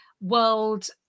world